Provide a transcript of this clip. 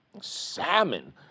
Salmon